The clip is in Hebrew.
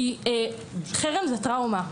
חרם זה טראומה.